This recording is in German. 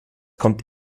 kommt